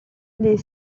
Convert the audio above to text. les